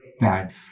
bad